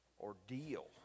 ordeal